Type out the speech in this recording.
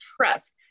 trust